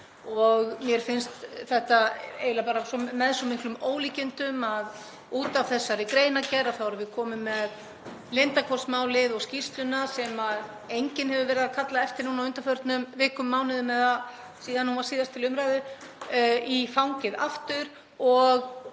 Mér finnst eiginlega bara með svo miklum ólíkindum að út af þessari greinargerð séum við komin með Lindarhvolsmálið og skýrsluna, sem enginn hefur verið að kalla eftir á undanförnum vikum, mánuðum eða síðan hún var síðast til umræðu, í fangið aftur.